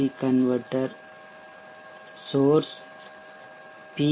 C converter source B